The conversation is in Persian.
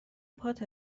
پات